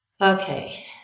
Okay